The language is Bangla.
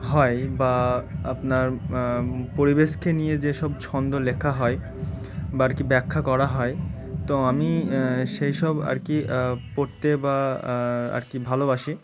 হয় বা আপনার পরিবেশকে নিয়ে যেসব ছন্দ লেখা হয় বা আর কি ব্যাখ্যা করা হয় তো আমি সেই সব আর কি পড়তে বা আর কি ভালোবাসি